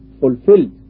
fulfilled